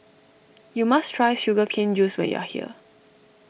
you must try Sugar Cane Juice when you are here